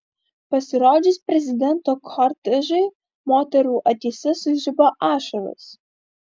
pasirodžius prezidento kortežui moterų akyse sužibo ašaros